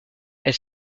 elle